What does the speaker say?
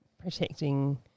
protecting